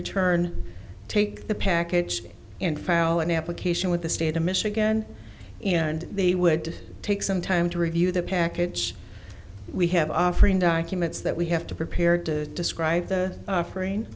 return take the package and file an application with the state of michigan and they would take some time to review the package we have offering documents that we have to prepared to describe the offering